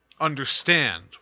understand